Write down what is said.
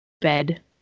bed